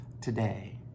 today